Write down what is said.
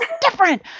different